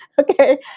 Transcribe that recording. okay